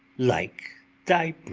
like thy